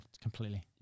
Completely